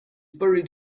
buried